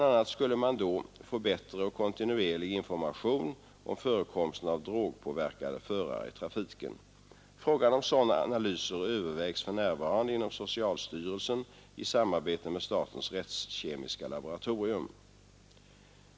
a. skulle man då få bättre och kontinuerlig information om förekomsten av drogpåverkade förare i trafiken. Frågan om sådana analyser övervägs för närvarande inom socialstyrelsen i samarbete med statens rättskemiska laboratorium.